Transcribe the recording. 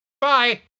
Bye